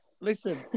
Listen